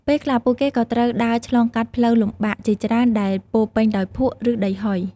ពេលខ្លះពួកគេក៏ត្រូវដើរឆ្លងកាត់ផ្លូវលំបាកជាច្រើនដែលពោរពេញដោយភក់ ឬដីហុយ។